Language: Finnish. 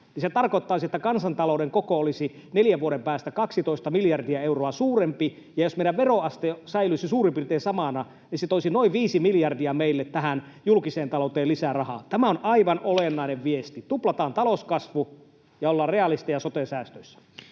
se tarkoittaisi, että kansantalouden koko olisi neljän vuoden päästä 12 miljardia euroa suurempi, ja jos meidän veroaste säilyisi suurin piirtein samana, niin se toisi noin viisi miljardia meille tähän julkiseen talouteen lisää rahaa. Tämä on aivan olennainen viesti: tuplataan talouskasvu ja ollaan realisteja sote-säästöissä.